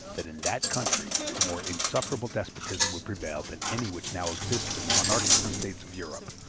that in that country a more insufferable despotism would prevail than any which now exists in the monarchical states of europe,